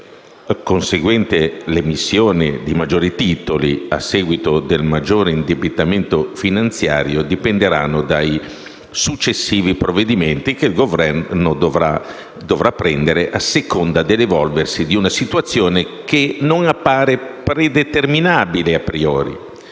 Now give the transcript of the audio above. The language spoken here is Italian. conseguente all'emissione di maggiori titoli, a seguito del maggiore indebitamento finanziario, dipenderanno dai successivi provvedimenti che il Governo dovrà assumere, a seconda dell'evolversi di una situazione che non appare predeterminabile *a priori*.